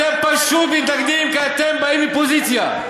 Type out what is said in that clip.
אתם פשוט מתנגדים כי אתם באים מפוזיציה.